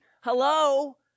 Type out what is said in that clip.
Hello